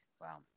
Wow